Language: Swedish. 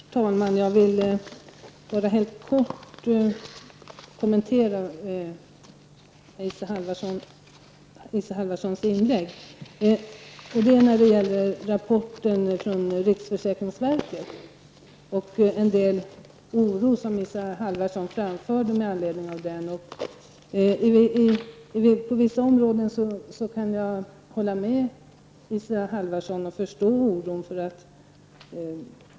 Herr talman! Jag vill bara helt kort kommentera Isa Halvardsons inlägg. Det gäller rapporten från riksförsäkringsverket och den oro som Isa Halvarssontalade om. När det gäller vissa områden kan jag hålla med Isa Halvarsson. Jag förstår att man känner oro.